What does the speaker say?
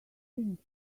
think